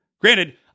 Granted